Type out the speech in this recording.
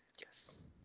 Yes